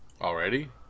Already